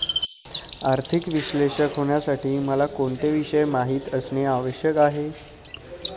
आर्थिक विश्लेषक होण्यासाठी मला कोणते विषय माहित असणे आवश्यक आहे?